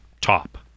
top